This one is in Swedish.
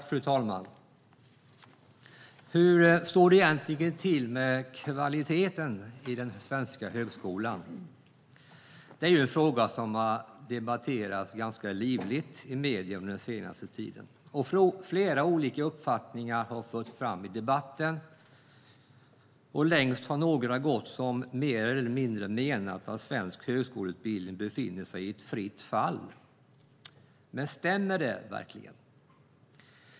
Fru talman! Hur står det egentligen till med kvaliteten i den svenska högskolan? Det är en fråga som har debatterats livligt i medierna under den senaste tiden. Flera olika uppfattningar har förts fram i debatten. Längst har några gått som mer eller mindre menat att svensk högskoleutbildning befinner sig i fritt fall, men stämmer det verkligen?